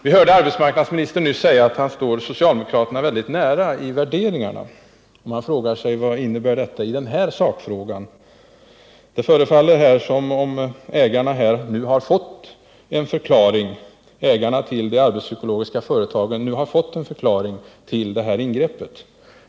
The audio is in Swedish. Vi hörde arbetsmarknadsministern nyss säga att han står socialdemokraterna nära i värderingarna. Man frågar sig vad detta innebär i denna sakfråga. Det förefaller som om ägarna till de arbetspsykologiska företagen nu fått en förklaring till detta ingrepp.